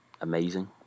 amazing